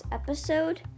episode